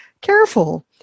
careful